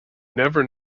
never